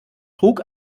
trug